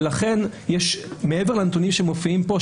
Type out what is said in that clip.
ולכן מעבר לנתונים שמופיעים פה,